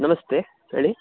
ನಮಸ್ತೆ ಹೇಳಿ